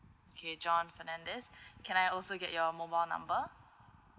okay john fernandez can I also get your mobile number